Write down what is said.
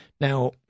Now